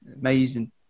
Amazing